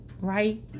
right